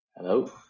Hello